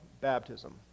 baptism